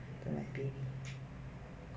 after that baby